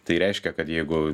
tai reiškia kad jeigu